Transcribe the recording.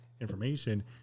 information